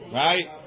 right